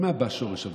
ממה בא שורש הוויכוח?